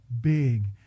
big